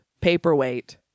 paperweight